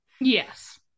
yes